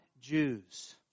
Jews